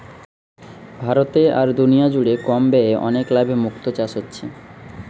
ভারতে আর দুনিয়া জুড়ে কম ব্যয়ে অনেক লাভে মুক্তো চাষ হচ্ছে